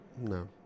No